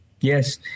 Yes